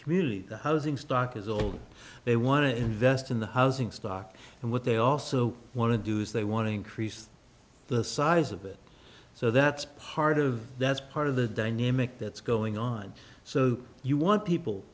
the housing stock is old they want to invest in the housing stock and what they also want to do is they want to increase the size of it so that's part of that's part of the dynamic that's going on so you want people